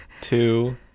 two